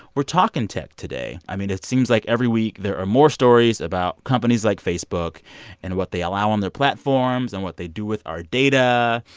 we're talking tech today. i mean, it seems like every week, there are more stories about companies like facebook and what they allow on their platforms and what they do with our data.